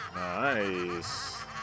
Nice